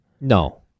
No